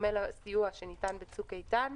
בדומה לסיוע שניתן ב"צוק איתן",